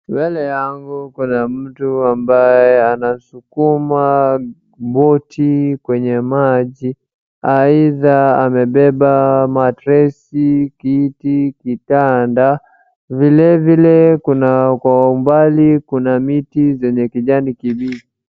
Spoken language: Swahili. Mbele yangu kuna mtu ambaye anasukuma boti kwenye maji, aidha amebeba matresi, kiti, kitanda, vilevile kuna kwa umbali kuna miti za kijani kibichi.